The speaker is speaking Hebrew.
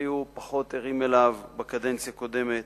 היו פחות ערים אליו בקדנציה הקודמת.